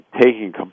taking